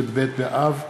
י"ב באב תשע"ה,